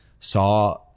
saw